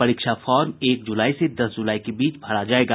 परीक्षा फार्म एक जुलाई से दस जुलाई के बीच भरा जायेगा